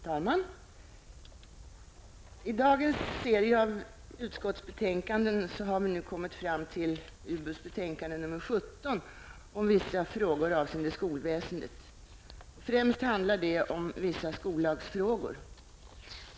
Herr talman! I dagens serie av utskottsbetänkanden har vi nu kommit fram till UbUs betänkande nr 17 om vissa frågor avseende skolväsendet. Främst handlar det om vissa skollagsfrågor.